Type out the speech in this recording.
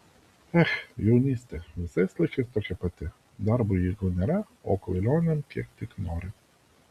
ech jaunystė visais laikais tokia pati darbui jėgų nėra o kvailionėm kiek tik nori